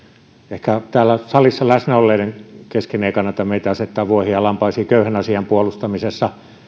ehkä täällä salissa läsnä olevien kesken ei kannata meitä asettaa vuohiin ja lampaisiin köyhän asian puolustamisessa